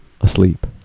asleep